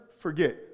forget